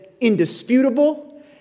indisputable